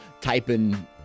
typing